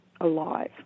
alive